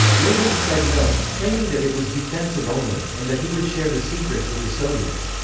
reagan said no, claiming that it was defensive only, and that he would share the secrets with the soviets.